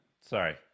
Sorry